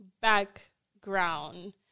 background